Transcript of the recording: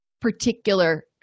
particular